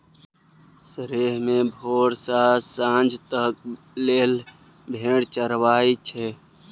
सरेह मे भोर सँ सांझ तक लेल भेड़ चरबई छै